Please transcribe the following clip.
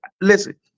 listen